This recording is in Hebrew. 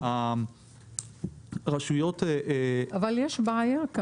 סליחה, יש כאן בעיה.